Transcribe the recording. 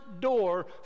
door